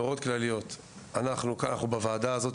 בוועדה הזאת,